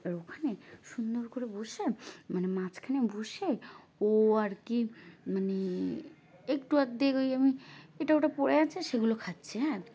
আর ওখানে সুন্দর করে বসে মানে মাঝখানে বসে ও আর কি মানে একটু আধটু ওই আমি এটা ওটা পড়ে আছে সেগুলো খাচ্ছে হ্যাঁ